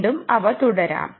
വീണ്ടും അവ തുടരാം